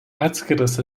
atskiras